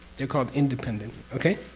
they're called independent. okay?